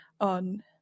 on